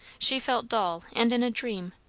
she felt dull and in a dream,